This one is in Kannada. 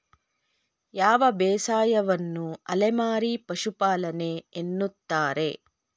ಯಾವ ಬೇಸಾಯವನ್ನು ಅಲೆಮಾರಿ ಪಶುಪಾಲನೆ ಎನ್ನುತ್ತಾರೆ?